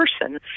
person